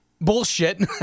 bullshit